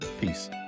Peace